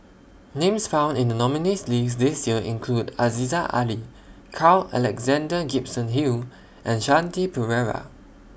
Names found in The nominees' list This Year include Aziza Ali Carl Alexander Gibson Hill and Shanti Pereira